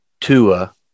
Tua